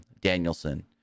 Danielson